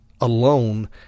alone